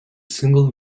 single